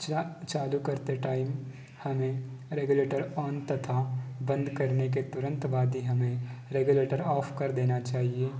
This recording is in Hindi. चा चालू करते टाइम हमें रेगुलेटर ऑन तथा बंद करने के तुरंत बाद ही हमें रेगुलेटर ऑफ कर देना चाहिए